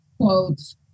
quotes